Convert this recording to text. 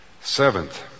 Seventh